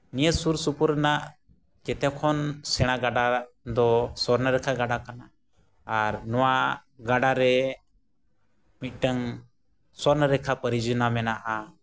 ᱱᱤᱭᱟᱹ ᱥᱩᱨᱼᱥᱩᱯᱩᱨ ᱨᱮᱱᱟᱜ ᱡᱚᱛᱚ ᱠᱷᱚᱱ ᱥᱮᱬᱟ ᱜᱟᱰᱟ ᱫᱚ ᱥᱩᱵᱚᱨᱱᱚ ᱨᱮᱠᱷᱟ ᱜᱟᱰᱟ ᱠᱟᱱᱟ ᱟᱨ ᱱᱚᱣᱟ ᱜᱟᱰᱟᱨᱮ ᱢᱤᱫᱴᱟᱝ ᱥᱚᱨᱱᱚ ᱨᱮᱠᱷᱟ ᱯᱚᱨᱤᱡᱚᱡᱽᱱᱟ